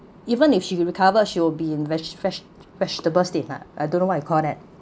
even if she recover she will be in veg~ vege~ vegetative state lah I don't know what you call that